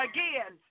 Again